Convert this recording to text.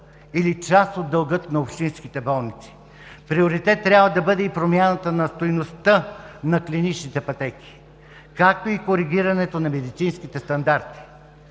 или част от дълга на общинските болници! Приоритет трябва да бъде и промяната на стойността на клиничните пътеки, както и коригирането на медицинските стандарти.